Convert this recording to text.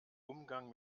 umgang